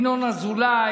ינון אזולאי,